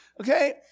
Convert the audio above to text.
Okay